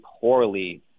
poorly